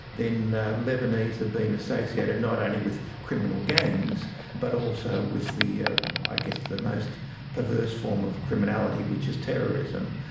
then lebanese have been associated not only with criminal gangs but also with ah i guess the most perverse form of criminality, which is terrorism.